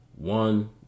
one